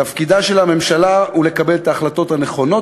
תפקידה של הממשלה הוא לקבל את ההחלטות הנכונות